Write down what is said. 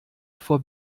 vor